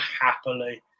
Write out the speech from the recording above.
happily